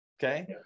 Okay